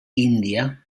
índia